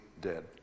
dead